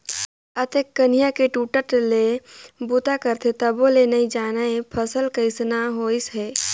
अतेक कनिहा के टूटट ले बूता करथे तभो ले नइ जानय फसल कइसना होइस है